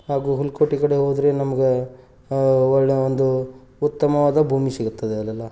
ಹಾಗೂ ಹುಲಕೋಟಿ ಕಡೆ ಹೋದ್ರೆ ನಮ್ಗೆ ಒಳ್ಳೆಯ ಒಂದು ಉತ್ತಮವಾದ ಭೂಮಿ ಸಿಗುತ್ತದೆ ಅಲ್ಲೆಲ್ಲ